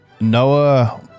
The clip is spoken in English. Noah